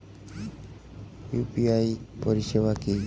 UPI পরিষেবা কি?